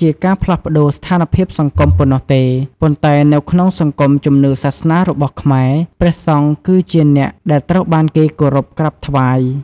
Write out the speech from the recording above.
ជាការផ្លាស់ប្ដូរស្ថានភាពសង្គមប៉ុណ្ណោះទេ ប៉ុន្តែនៅក្នុងសង្គមជំនឿសាសនារបស់ខ្មែរ ព្រះសង្ឃគឺជាអ្នកដែលត្រូវបានគេគោរពក្រាបថ្វាយ។